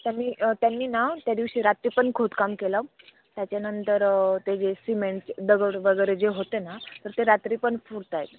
त्यांनी त्यांनी ना त्या दिवशी रात्री पण खोदकाम केलं त्याच्यानंतर ते जे सिमेंट दगड वगैरे जे होते ना तर ते रात्री पण फोडत आहे